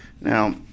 Now